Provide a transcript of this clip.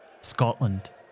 Scotland